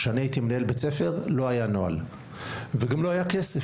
כשאני הייתי מנהל בית ספר לא היה נוהל וגם לא היה כסף,